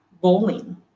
bowling